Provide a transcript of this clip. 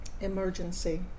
emergency